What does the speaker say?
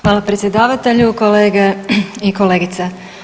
Hvala predsjedavatelju, kolege i kolegice.